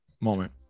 moment